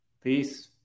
peace